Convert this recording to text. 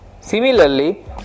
Similarly